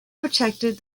protected